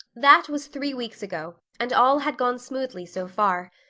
that was three weeks ago and all had gone smoothly so far.